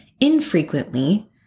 infrequently